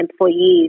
employees